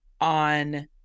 on